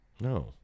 No